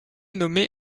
nommé